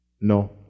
No